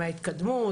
מההתקדמות,